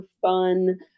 fun